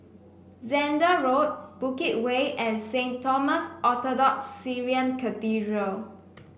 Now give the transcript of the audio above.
Zehnder Road Bukit Way and Saint Thomas Orthodox Syrian Cathedral